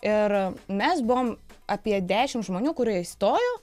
ir mes buvom apie dešim žmonių kurie įstojo